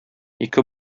ике